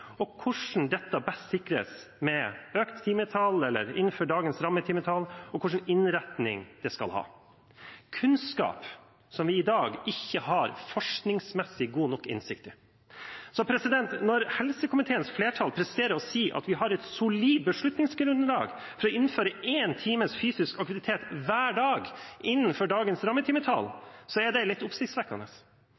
og hvordan dette best sikres, med økt timetall eller innenfor dagens rammetimetall, og hva slags innretning det skal ha – kunnskap som vi i dag ikke har forskningsmessig god nok innsikt i. Når helsekomiteens flertall presterer å si at «vi har et solid beslutningsgrunnlag for å innføre én times fysisk aktivitet hver dag» innenfor dagens rammetimetall,